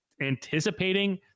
anticipating